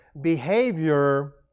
behavior